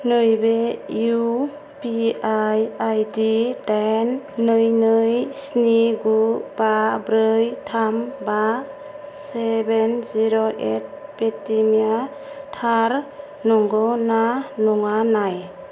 नैबे U P I ID दाइन नै नै स्नि गु बा ब्रै थाम बा सेबेन जिर' ओइठ पेटिएमआ थार नंगौ ना नङा नाय